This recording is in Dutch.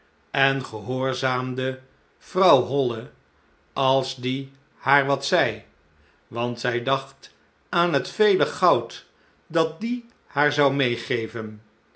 en gehoorzaamde vrouw holle als die haar wat zei want zij dacht aan het vele goud dat die haar zou meêgeven